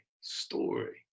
story